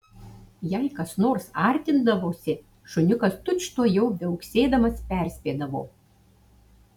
jei kas nors artindavosi šuniukas tučtuojau viauksėdamas perspėdavo